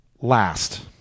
Last